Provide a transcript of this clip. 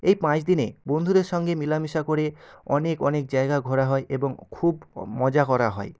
এই পাঁচ দিনে বন্ধুদের সঙ্গে মেলামেশা করে অনেক অনেক জায়গা ঘোরা হয় এবং খুব মজা করা হয়